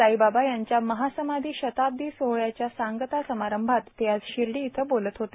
साईबाबा यांच्या महासमाधी शताब्दों सोहळ्याच्या सांगता समारंभात ते आज र्शिर्डा इथं बोलत होते